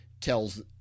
tells